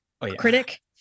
critic